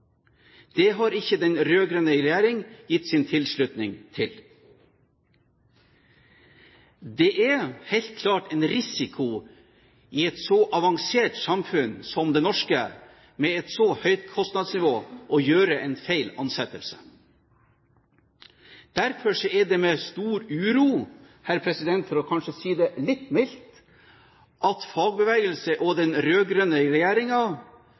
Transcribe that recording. Det har ikke den rød-grønne regjeringen gitt sin tilslutning til. Det er helt klart en risiko i et så avansert samfunn som det norske, med et så høyt kostnadsnivå, å gjøre en feil ansettelse. Derfor er det med stor uro vi ser, for kanskje å si det litt mildt, at fagbevegelsen og den